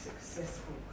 successful